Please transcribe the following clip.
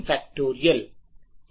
की गणना नहीं कर रहे हैं